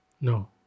No